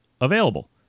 available